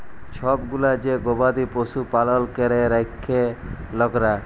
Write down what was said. ছব গুলা যে গবাদি পশু পালল ক্যরে রাখ্যে লকরা